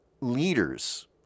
leaders